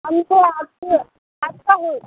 हम तो आपसे आपका ही